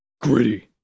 gritty